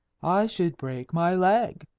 i should break my leg,